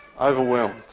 Overwhelmed